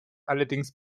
allerdings